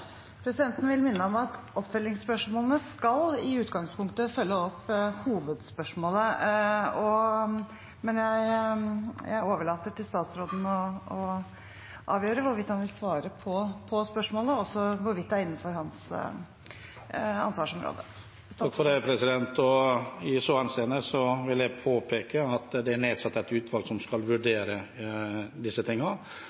Presidenten vil minne om at oppfølgingsspørsmålene skal i utgangspunktet følge opp hovedspørsmålet, men presidenten overlater til statsråden å avgjøre hvorvidt han vil svare på spørsmålet, og om hvorvidt det er innenfor hans ansvarsområde. Takk, president. I så henseende vil jeg påpeke at det er nedsatt et utvalg som skal